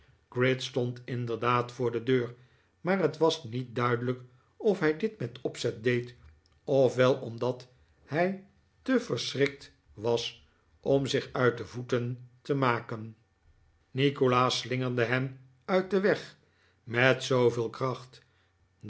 gride stond inderdaad voor de d eur maar het was niet duidelijk of hij dit met opzet deed of wel omdat hij te verschrikt was om zich uit de voeten te maken nikolaas slingerde hem uit den weg met zooveel kracht